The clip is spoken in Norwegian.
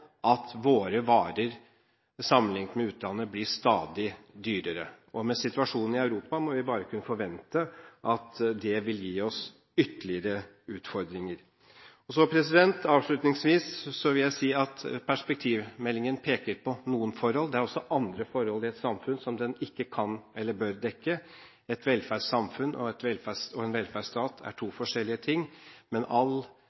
at våre varer sammenliknet med utlandet blir stadig dyrere. Slik situasjonen er i Europa, må vi bare kunne forvente at det vil gi oss ytterligere utfordringer. Avslutningsvis vil jeg si at perspektivmeldingen peker på noen forhold. Det er også andre forhold i et samfunn som den ikke kan eller bør dekke. Et velferdssamfunn og en velferdsstat er to forskjellige ting, men all